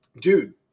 dude